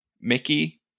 Mickey